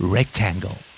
Rectangle